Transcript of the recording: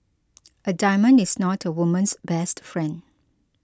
a diamond is not a woman's best friend